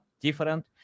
different